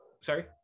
Sorry